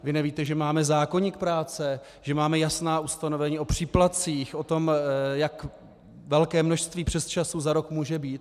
Vy nevíte, že máme zákoník práce, že máme jasná ustanovení o příplatcích, o tom, jak velké množství přesčasů za rok může být?